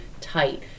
tight